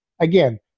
again